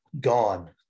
gone